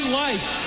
life